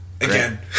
again